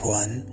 one